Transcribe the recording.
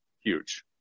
Huge